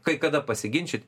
kai kada pasiginčyt